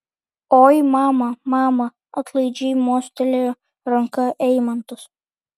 oi mama mama atlaidžiai mostelėjo ranka eimantas